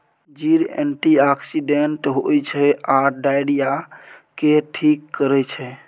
जीर एंटीआक्सिडेंट होइ छै आ डायरिया केँ ठीक करै छै